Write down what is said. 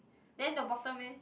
then the bottom eh